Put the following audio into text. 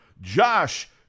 Josh